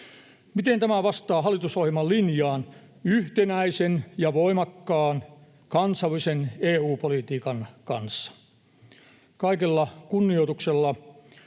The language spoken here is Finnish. Miten tämä vastaa hallitusohjelman linjaan yhtenäisen ja voimakkaan kansallisen EU-politiikan kanssa? Kaikella kunnioituksella: